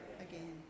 again